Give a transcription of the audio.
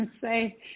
say